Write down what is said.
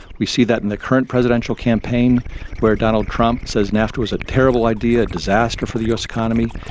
we see that in the current presidential campaign where donald trump says nafta was a terrible idea, a disaster for the us economy.